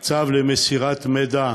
צו למסירת מידע,